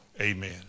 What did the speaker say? amen